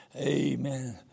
Amen